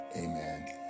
Amen